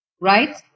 Right